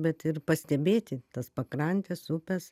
bet ir pastebėti tas pakrantes upes